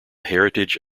heritage